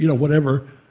you know whatever,